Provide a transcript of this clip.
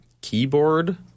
keyboard